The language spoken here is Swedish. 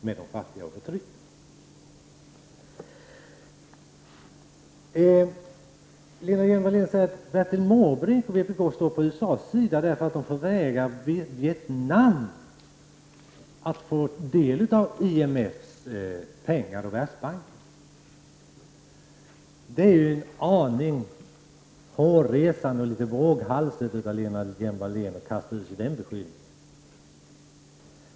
Vidare säger Lena Hjelm-Wallén att Bertil Måbrink och vpk står på USAs sida, därför att man förvägrar Vietnam att få del av IMFs och Världsbankens pengar. Det är en aning hårresande och litet våghalsigt av Lena Hjelm-Wallén att kasta ur sig den beskyllningen.